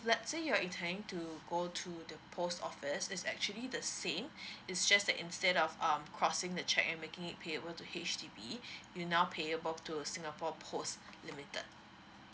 let say you're intending to go to the post office it's actually the same it's just that instead of um crossing the cheque and making it payable to H_D_B you now payable to a singapore post limited